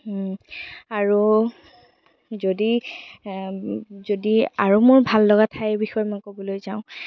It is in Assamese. আৰু যদি যদি আৰু মোৰ ভাল লগা ঠাইৰ বিষয়ে মই ক'বলৈ যাওঁ